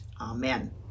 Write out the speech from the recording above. Amen